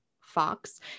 Fox